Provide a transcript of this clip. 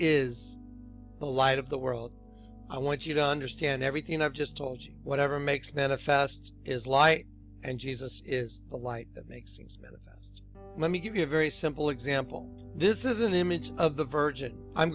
is the light of the world i want you to understand everything i've just told you whatever makes manifest is light and jesus is the light that makes things better let me give you a very simple example this is an image of the virgin i'm